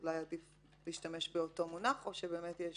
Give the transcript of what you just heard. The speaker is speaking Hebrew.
עדיף אולי להשתמש באותו מונח או באמת יש